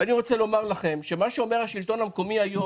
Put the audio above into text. ואני רוצה לומר לכם שמה שאומר השלטון המקומי היום,